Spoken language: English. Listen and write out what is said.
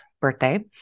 birthday